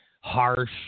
harsh